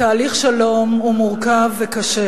תהליך שלום הוא מורכב וקשה.